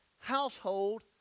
household